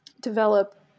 develop